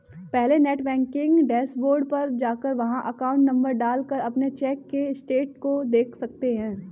पहले net banking dashboard पर जाकर वहाँ अकाउंट नंबर डाल कर अपने चेक के स्टेटस को देख सकते है